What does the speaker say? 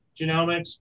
genomics